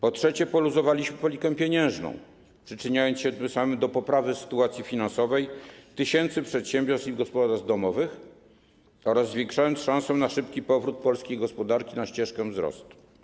Po trzecie, poluzowaliśmy politykę pieniężną, przyczyniając się tym samym do poprawy sytuacji finansowej tysięcy przedsiębiorstw i gospodarstw domowych oraz zwiększając szansę na szybki powrót polskiej gospodarki na ścieżkę wzrostu.